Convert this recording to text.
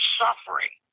suffering